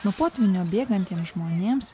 nuo potvynio bėgantiems žmonėms